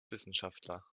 wissenschaftler